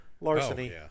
Larceny